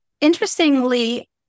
interestingly